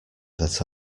that